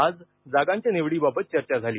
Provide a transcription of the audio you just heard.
आज जागांच्या निवडीबाबत चर्चा झाली